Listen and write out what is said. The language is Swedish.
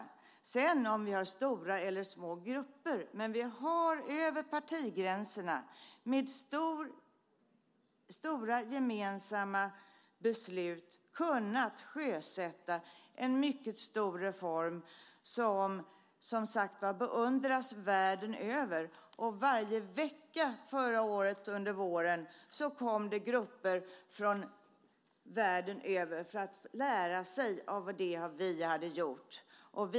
Sedan kan man diskutera om det ska vara stora eller små grupper, men vi har med stora gemensamma beslut över partigränserna kunnat sjösätta en mycket stor reform som beundras världen över. Varje vecka under våren förra året kom grupper från hela världen för lära sig av det vi hade gjort.